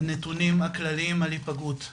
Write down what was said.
הנתונים הכלליים על היפגעות.